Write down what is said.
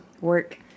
work